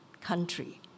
country